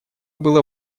было